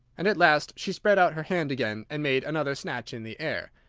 and at last she spread out her hand again, and made another snatch in the air.